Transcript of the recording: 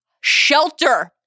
shelter